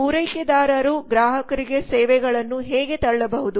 ಪೂರೈಕೆದಾರರುಗ್ರಾಹಕರಿಗೆಸೇವೆಗಳನ್ನು ಹೇಗೆ ತಳ್ಳಬಹುದು